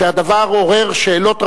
והדבר עורר שאלות רבות,